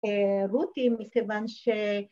‫רותי מכיוון ש...